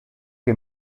che